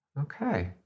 Okay